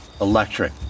electric